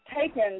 taken